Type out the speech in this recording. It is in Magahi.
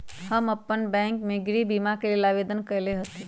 हम अप्पन बैंक में गृह बीमा के लेल आवेदन कएले हति